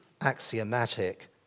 Axiomatic